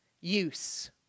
Use